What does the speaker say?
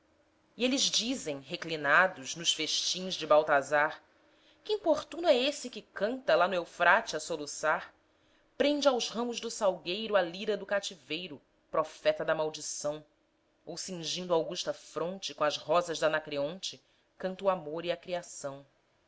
eles dizem reclinados nos festins de baltasar que importuno é esse que canta lá no eufrate a soluçar prende aos ramos do salgueiro a lira do cativeiro profeta da maldição ou cingindo a augusta fronte com as rosas d'anacreonte canta o amor e a criação